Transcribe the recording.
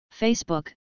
Facebook